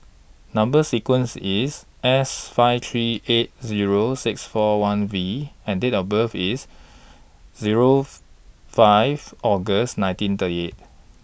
Number sequence IS S five three eight Zero six four one V and Date of birth IS Zero five August nineteen thirty eight